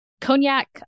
cognac